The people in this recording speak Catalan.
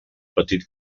petit